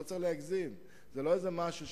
לא צריך להגזים, זה לא איזה משהו.